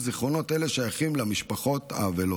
זיכרונות אלה שייכים למשפחות האבלות.